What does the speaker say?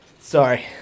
Sorry